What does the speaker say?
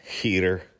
Heater